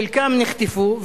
חלקם נחטפו,